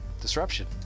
disruption